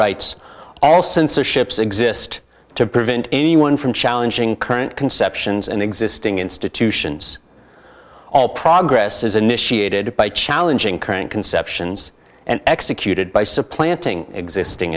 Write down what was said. rights all censorships exist to prevent anyone from challenging current conceptions and existing institutions all progress is initiated by challenging current conceptions and executed by supplanting existing